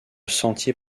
sentier